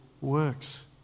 works